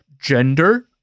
gender